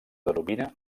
denomina